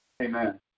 Amen